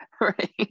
right